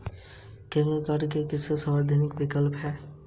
Credit cards निम्नलिखित में से किसके लिए सुविधाजनक विकल्प हैं?